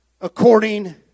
according